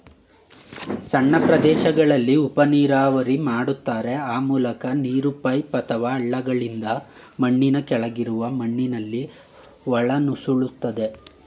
ಸಣ್ಣ ಪ್ರದೇಶಗಳಲ್ಲಿ ಉಪನೀರಾವರಿ ಮಾಡ್ತಾರೆ ಆ ಮೂಲಕ ನೀರು ಪೈಪ್ ಅಥವಾ ಹಳ್ಳಗಳಿಂದ ಮಣ್ಣಿನ ಕೆಳಗಿರುವ ಮಣ್ಣಲ್ಲಿ ಒಳನುಸುಳ್ತದೆ